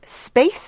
space